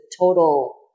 total